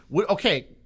Okay